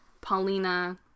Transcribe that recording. Paulina